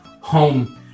home